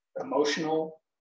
emotional